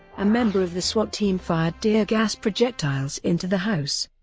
a member of the swat team fired tear gas projectiles into the house.